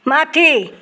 माथि